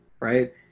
right